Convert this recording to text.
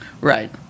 Right